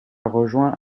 rejoint